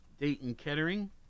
Dayton-Kettering